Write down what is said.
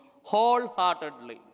wholeheartedly